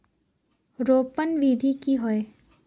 रोपण विधि की होय?